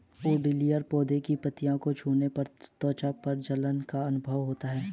oleander पौधे की पत्तियों को छूने पर त्वचा में जलन का अनुभव होता है